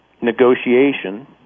negotiation